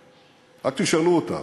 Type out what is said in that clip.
רק תשאלו אותם,